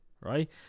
right